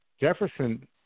Jefferson